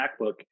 MacBook